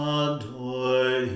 adore